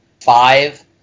five